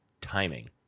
Timing